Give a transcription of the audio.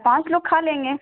پانچ لوگ کھا لیں گے